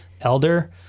elder